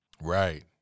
Right